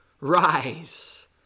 rise